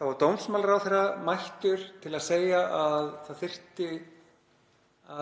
var dómsmálaráðherra mættur til að segja að það þyrfti